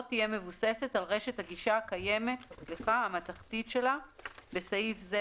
תהיה מבוססת על רשת הגישה המתכתית שלה (בסעיף זה,